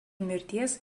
mirties